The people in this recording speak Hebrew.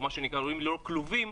לולים ללא כלובים.